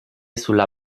sulla